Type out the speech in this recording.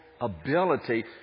ability